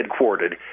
headquartered